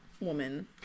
Woman